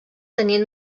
tenien